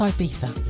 Ibiza